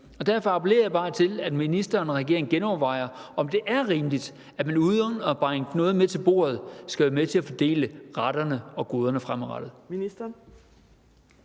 derfor appellerer jeg bare til, at ministeren og regeringen genovervejer, om det er rimeligt, at man uden at bringe noget med til bordet skal være med til at fordele retterne og goderne fremadrettet.